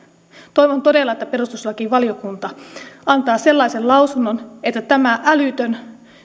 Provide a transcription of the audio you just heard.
toivon todella että perustuslakivaliokunta antaa sellaisen lausunnon että tämä älytön